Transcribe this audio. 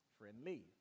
friendly